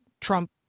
Trump